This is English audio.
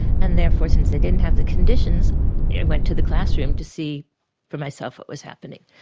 and therefore since they didn't have the conditions i went to the classrooms to see for myself what was happening.